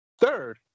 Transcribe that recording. third